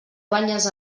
guanyes